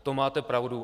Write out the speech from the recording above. V tom máte pravdu.